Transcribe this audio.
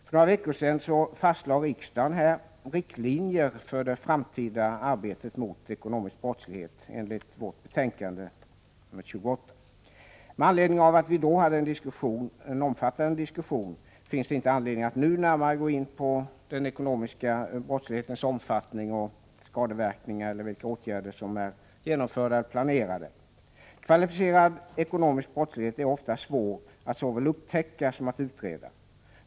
För några veckor sedan fastlade riksdagen riktlinjer för den framtida arbetet mot ekonomisk brottslighet enligt justitieutskottets betänkande 28. Med anledning av att vi då hade en omfattande diskussion, finns det inte anledning att nu närmare gå in på den ekonomiska brottslighetens omfattning och skadeverkningar eller vilka åtgärder som är genomförda eller planerade. Kvalificerad ekonomisk brottslighet är ofta svår att såväl upptäcka som utreda.